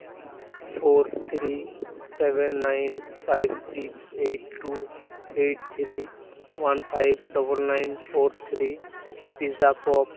four three seven nine five six eight two eight three one five double nine four three ᱯᱤᱡᱟᱯᱚᱯ